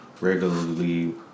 regularly